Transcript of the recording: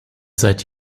seit